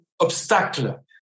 obstacle